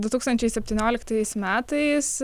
du tūkstančiai septynioliktais metais